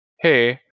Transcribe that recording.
hey